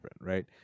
right